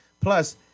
Plus